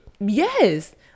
yes